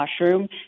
mushroom